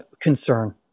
concern